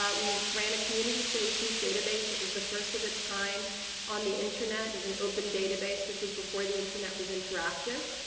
but we ran a community solutions database. it was the first of its kind on the internet. it was an open database, this was before the internet was interactive.